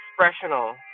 expressional